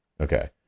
okay